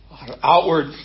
outward